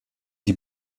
die